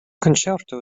concerto